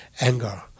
anger